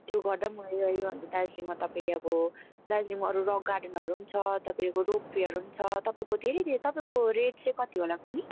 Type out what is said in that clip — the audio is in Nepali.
त्यो गर्दा पनि भइगयो अन्त दार्जिलिङमा तपाईँले अब दार्जिलिङमा अरू रक गार्डनहरू पनि छ तपाईँको रोपवेहरू पनि छ तपाईँको धेरै धेरै तपाईँको रेट चाहिँ कति होला कुन्नि